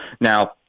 Now